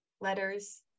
letters